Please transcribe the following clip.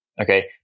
okay